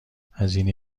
هزینه